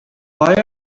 why